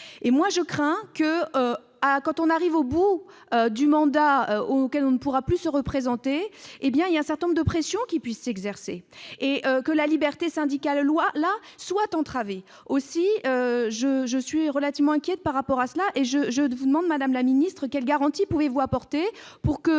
Et moi, je crains que, à à, quand on arrive au bout du mandat auquel on ne pourra plus se représenter, hé bien il y a un certain nombre de pression qui puisse s'exercer et que la liberté syndicale là soit entravée aussi je je suis relativement inquiet par rapport à cela et je je vous demande, Madame la Ministre, quelles garanties pouvez-vous apporter pour que